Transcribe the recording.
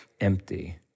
empty